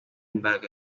imbaraga